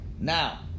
now